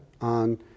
on